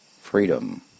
freedom